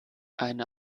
eine